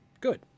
Good